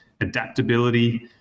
adaptability